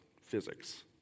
physics